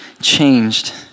changed